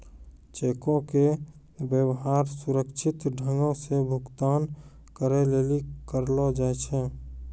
चेको के व्यवहार सुरक्षित ढंगो से भुगतान करै लेली करलो जाय छै